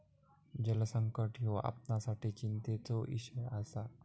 जलसंकट ह्यो आपणासाठी चिंतेचो इषय आसा